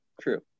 true